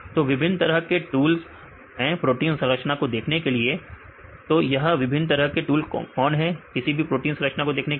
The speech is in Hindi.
तू विभिन्न तरह के टूल ्स हैं प्रोटीन संरचना को देखने के लिए तो यह विभिन्न तरह के टूल ्स कौन है किसी भी प्रोटीन संरचना को देखने के लिए